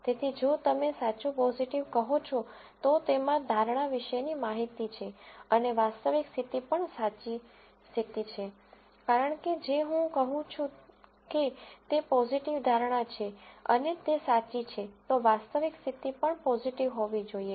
તેથી જો તમે સાચું પોઝીટિવ કહો છો તો તેમાં ધારણા વિશેની માહિતી છે અને વાસ્તવિક સ્થિતિ પણ સાચી સ્થિતિ છે કારણ કે જે હું કહું છું કે તે પોઝીટિવ ધારણા છે અને તે સાચી છે તો વાસ્તવિક સ્થિતિ પણ પોઝીટિવ હોવી જોઈએ